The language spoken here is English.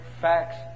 facts